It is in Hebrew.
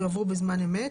יועברו בזמן אמת.